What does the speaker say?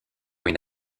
une